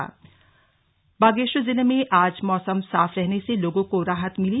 मौसम बागेश्वर जिले में आज मौसम साफ रहने से लोगों को राहत मिली